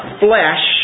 flesh